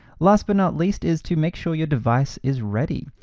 last but not least is to make sure your device is ready.